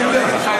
אני מודה לך.